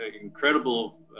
incredible